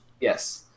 Yes